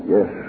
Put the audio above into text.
Yes